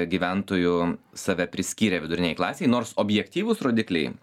gyventojų save priskyrė vidurinei klasei nors objektyvūs rodikliai